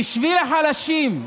בשביל החלשים,